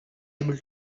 able